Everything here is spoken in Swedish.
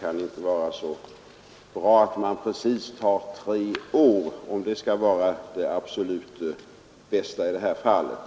kan det inte vara så bra att ta precis tre år som det absolut bästa i det här fallet.